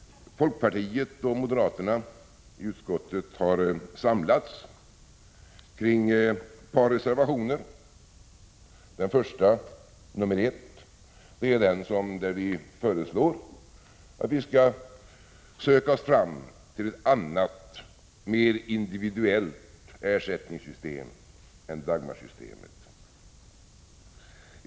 Folkpartiet och moderaterna i utskottet har samlats kring ett par reservationer. Den första, nr 1, är den där vi föreslår att vi skall söka oss fram till ett annat, mer individuellt ersättningssystem än Dagmarsystemet.